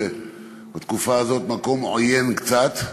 שבתקופה הזאת הוא מקום עוין קצת,